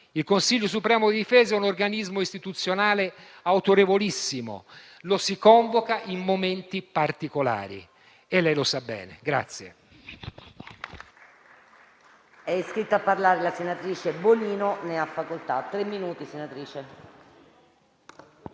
il Consiglio supremo di difesa, un organismo istituzionale autorevolissimo, che si convoca in momenti particolari e lei lo sa bene.